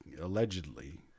allegedly